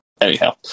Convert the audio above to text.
Anyhow